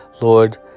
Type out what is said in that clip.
Lord